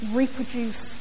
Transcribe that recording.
reproduce